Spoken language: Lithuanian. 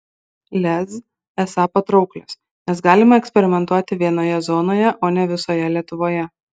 lez esą patrauklios nes galima eksperimentuoti vienoje zonoje o ne visoje lietuvoje